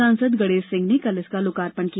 सांसद गणेश सिंह ने कल इसका लोकार्पण किया